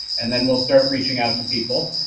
and then we'll start reaching out to people.